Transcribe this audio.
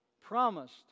promised